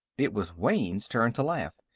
it was wayne's turn to laugh.